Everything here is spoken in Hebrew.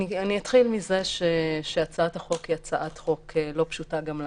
אתחיל מזה שהצעת החוק היא הצעת חוק לא פשוטה גם לנו.